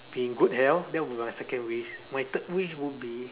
be in good health that would be my second wish my third wish would be